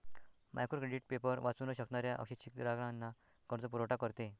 micro credit paper वाचू न शकणाऱ्या अशिक्षित ग्राहकांना कर्जपुरवठा करते